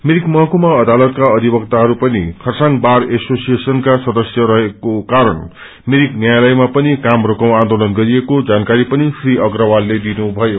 मिरिक महकुमा अदालतका अधिवक्ताहरू पनि खरसाङ बार एसोसिएशनको सदस्य भएको कारण मिरिक न्यायलयामा पनि काम रोको आन्दोलन गरिएको जानकारी पनि श्री अग्रवालले दिनुभयो